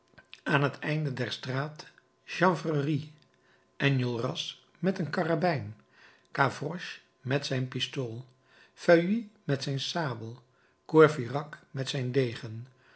aan het einde der straat chanvrerie enjolras met een karabijn gavroche met zijn pistool feuilly met zijn sabel courfeyrac met zijn degen